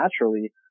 naturally